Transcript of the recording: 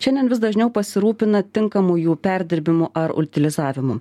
šiandien vis dažniau pasirūpina tinkamu jų perdirbimu ar utilizavimu